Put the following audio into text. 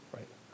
Right